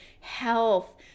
health